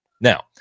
Now